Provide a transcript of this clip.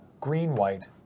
green-white